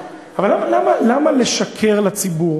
אבל למה לשקר לציבור?